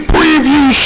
Preview